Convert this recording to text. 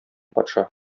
патша